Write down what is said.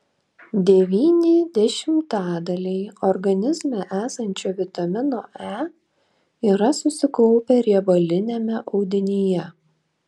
devyni dešimtadaliai organizme esančio vitamino e yra susikaupę riebaliniame audinyje